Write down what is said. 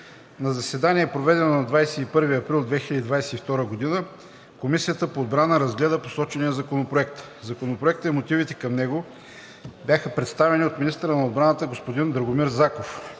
На заседание, проведено на 21 април 2022 г., Комисията по отбрана разгледа посочения законопроект. Законопроектът и мотивите към него бяха представени от министъра на отбраната господин Драгомир Заков.